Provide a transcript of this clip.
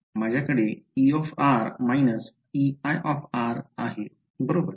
माझ्याकडे E - Ei आहे बरोबर